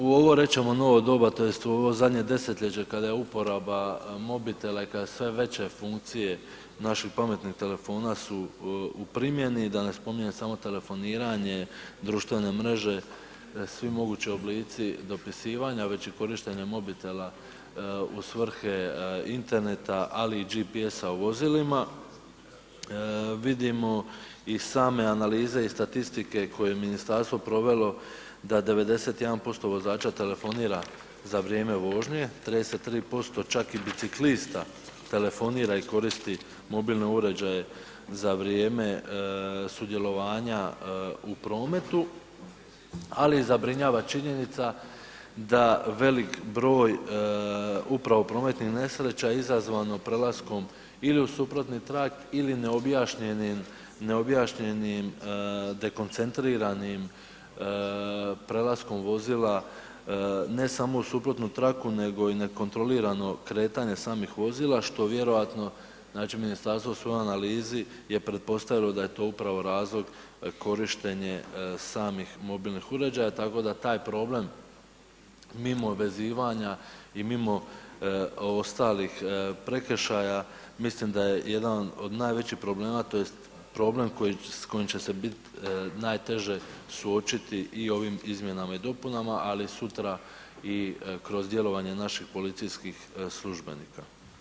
U ovom reći ćemo novo doba tj. u ovo zadnje desetljeće kada je uporaba mobitela i kad su sve veće funkcije naših pametnih telefona su u primjeni, da ne spominjem samo telefoniranje, društvene mreže, svi mogući oblici dopisivanja već i korištenje mobitela u svrhe interneta ali i GPS-a u vozilima, vidimo i same analize i statistike koje je i ministarstvo provelo da 91% vozača telefonira za vrijeme vožnje, 33% čak i biciklista telefonira i koristi mobilne uređaje za vrijeme sudjelovanja u prometu, ali zabrinjava činjenica da velik broj upravo prometnih nesreća izazvano prelaskom ili u suprotni trak ili neobjašnjenim dekoncentriranim prelaskom vozila ne samo u suprotnu traku nego i nekontrolirano kretanje samih vozila, što vjerojatno znači ministarstvo u svojoj analizi je pretpostavilo da je to upravo razlog korištenje samih mobilnih uređaja tako da taj problem mimo vezivanja i mimo ostalih prekršaja, mislim da je jedan od najvećih problema tj. problem s kojim će se bit najteže suočiti i u ovim izmjenama i dopunama, ali sutra i kroz djelovanjem naših policijskih službenika.